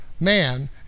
man